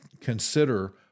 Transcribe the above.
consider